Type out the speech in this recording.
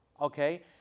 Okay